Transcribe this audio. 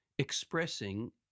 Expressing